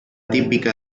típica